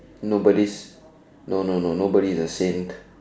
nobody's no no no nobody is a sin